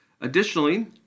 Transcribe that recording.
additionally